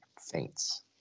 faints